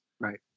Right